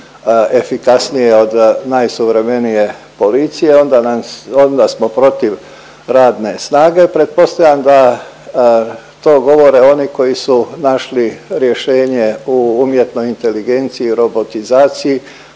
efikasnije od najsuvremenije policije i onda smo protiv radne snage, pretpostavljam da to govore oni koji su našli rješenje UI-u, robotizaciji,